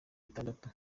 bitandatu